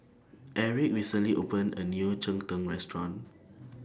Aric recently opened A New Cheng Tng Restaurant